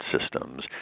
systems